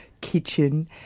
kitchen